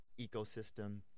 Ecosystem